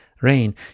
rain